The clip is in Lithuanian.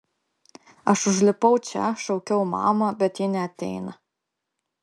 aš užlipau čia šaukiau mamą bet ji neateina